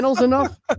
enough